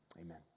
Amen